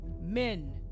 Men